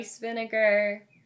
vinegar